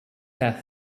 death